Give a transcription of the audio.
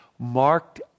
Marked